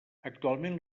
actualment